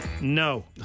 no